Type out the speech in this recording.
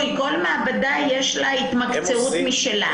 כל מעבדה יש לה התמקצעות משלה.